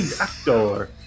actor